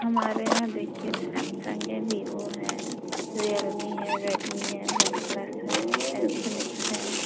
ہمارے یہاں دیکھیے سیمسنگ ہے ویوو ہے ریئل می ہے ریڈمی ہے ون پلس ہے اے فنکس ہے